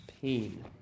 pain